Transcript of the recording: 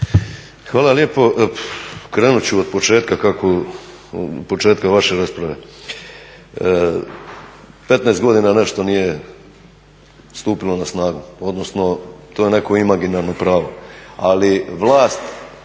Hvala lijepo. Krenuti ću od početka vaše rasprave. 15 godina nešto nije stupilo na snagu odnosno to je neko imaginarno pravo